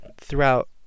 throughout